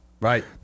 Right